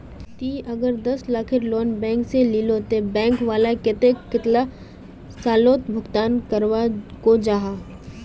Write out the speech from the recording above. ती अगर दस लाखेर लोन बैंक से लिलो ते बैंक वाला कतेक कतेला सालोत भुगतान करवा को जाहा?